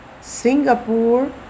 Singapore